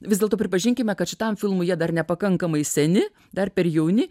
vis dėlto pripažinkime kad šitam filmui jie dar nepakankamai seni dar per jauni